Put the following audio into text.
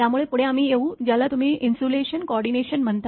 त्यामुळे पुढे आम्ही येऊ ज्याला तुम्ही इन्सुलेशन कोऑर्डिनेशन म्हणता